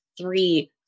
three